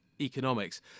economics